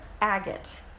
agate